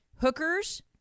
hookers